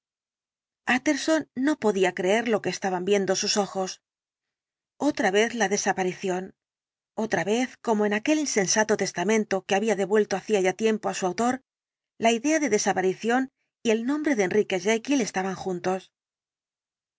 utterson no podía creer lo que estaban viendo sus ojos otra vez la desaparición otra vez como en aquel insensato testamento que había devuelto hacía ya tiempo á su autor la idea de desaparición y el nombre de enrique jekyll estaban juntos